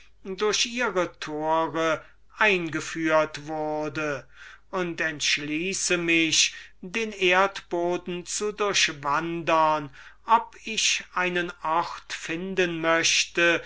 durch ihre tore eingeführt wurde und entschließe mich den erdboden zu durchwandern ob ich einen ort finden möchte